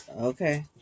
Okay